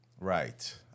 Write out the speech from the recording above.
Right